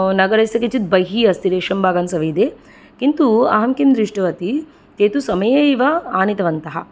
नगरस्य किंचिद् बहिः अस्ति रेशम्बगान् सविधे किन्तु अहं किं दृष्टवती ते तु समये एव आनीतवन्तः